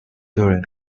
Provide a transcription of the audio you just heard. during